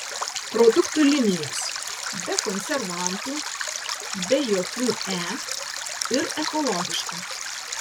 produktų linijos be konservantų be jokių e ir ekologiška